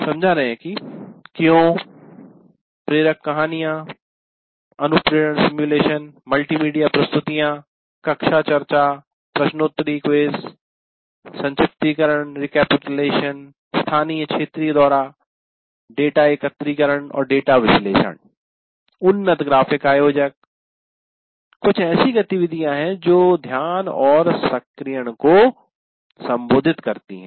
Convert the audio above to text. समझा रहे हैं की क्यों प्रेरक कहानियां अनुप्रेरण सिमुलेशनमल्टीमीडिया प्रस्तुतियाँ कक्षा चर्चा प्रश्नोत्तरी क्विज संक्षिप्तीकरण रेकापितुलेशन स्थानीयक्षेत्रीय दौरा डेटा एकत्रीकरण और डेटा विश्लेषण उन्नत ग्राफिक आयोजक कुछ ऐसी गतिविधियाँ हैं जो ध्यान और सक्रियण को संबोधित करती हैं